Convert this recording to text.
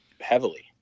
heavily